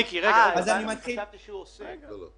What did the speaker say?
אתה תגיד לי אם הנוסחה הזאת היא קבילה או לא קבילה,